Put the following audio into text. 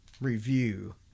review